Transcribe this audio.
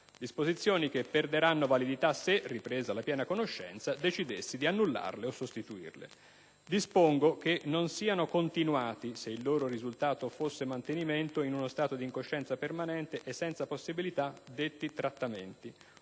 disposizioni che perderanno validità se, ripresa la piena conoscenza, decidessi di annullarle o sostituirle. Dispongo che i trattamenti non siano continuati se il loro risultato fosse il mantenimento in uno stato di incoscienza permanente e senza possibilità di recupero